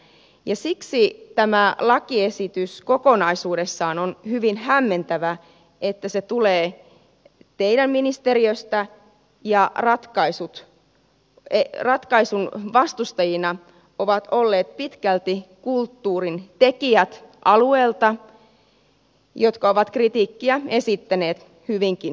siksi tämä lakiesitys kokonaisuudessaan on hyvin hämmentävä että se tulee teidän ministeriöstänne ja ratkaisun vastustajina ovat olleet pitkälti kulttuurin tekijät alueilta jotka ovat kritiikkiä esittäneet hyvinkin laajasti